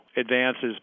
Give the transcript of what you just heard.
advances